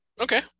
Okay